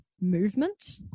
movement